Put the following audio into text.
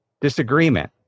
disagreement